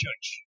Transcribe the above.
church